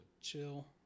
chill